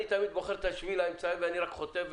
ואני תמיד בוחר את השביל האמצעי ואני רק חוטא,